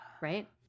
right